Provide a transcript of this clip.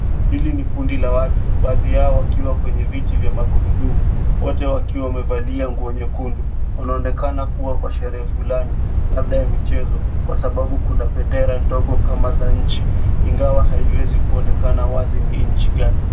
Hili ni kundi la watu baadhi yao wakiwa kwenye viti vya magurudumu wote wakiwa wamevalia nguo nyekundu. Kunaonekana kuwa kwa sherehe fulani labda ya michezo kwa sababu kuna bendera ndogo kama za nchi ingawa haiwezi kuonekana wazi ni nchi gani.